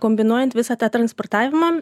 kombinuojant visą tą transportavimą